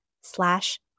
slash